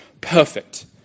perfect